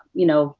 you know,